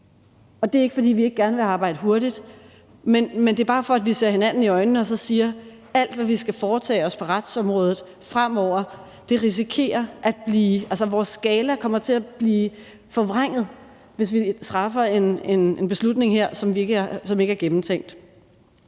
Det er ikke, fordi vi ikke gerne vil arbejde hurtigt, men det er bare for, at vi ser hinanden i øjnene og så siger, at alt, hvad vi skal foretage os på retsområdet fremover, altså vores skala, risikerer at blive forvrænget, hvis vi træffer en beslutning her, som ikke er gennemtænkt.